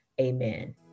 amen